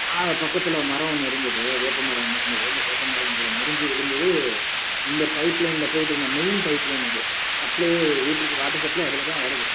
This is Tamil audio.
ஆ பக்கத்தில் மரம் ஒன்று இருந்தது வேப்பமரம் ஒன்று இருந்தது அந்த வேப்பமரம் அதில் முறிஞ்சு விழுந்தது இந்த பைப் லைனில் போய்கிட்டு இந்த மெயின் பைப் லைன் அது சப்ளையே வீட்டுக்கு வாட்டர் சப்ளை அதில்தான் வருது